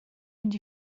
mynd